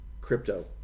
crypto